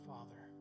Father